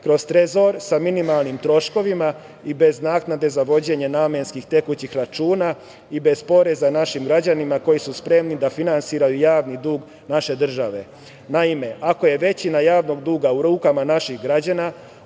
kroz Trezor, sa minimalnim troškovima i bez naknade za vođenje namenskih tekućih računa i bez poreza našim građanima, koji su spremni da finansiraju javni dug naše države. Naime, ako je većina javnog duga u rukama naših građana,